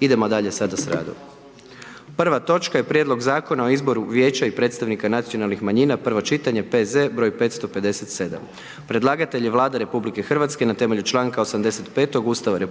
Idemo dalje sada s radom. Prva točka je: - Prijedlog Zakona o izboru vijeća i predstavnika nacionalnih manjina, provo čitanje, P.Z. broj 557. Predlagatelj je Vlada RH na temelju članka 85. Ustava RH